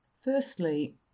Firstly